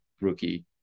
rookie